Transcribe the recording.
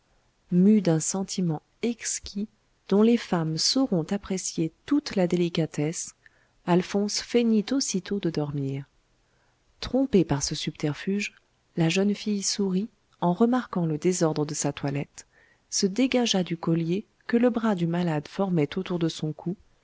mu d'un sentiment exquis dont les femmes sauront apprécier toute la délicatesse alphonse feignit aussitôt de dormir trompée par ce subterfuge la jeune fille sourit en remarquant le désordre de sa toilette se dégagea du collier que le bras du malade formait autour de son cou